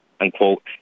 unquote